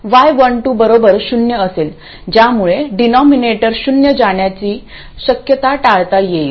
y12 बरोबर शून्य असेल ज्यामुळे डीनोमिनेटर शून्य जाण्याची शक्यता टाळता येईल